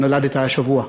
אם נולדת השבוע.